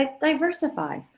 diversify